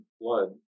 blood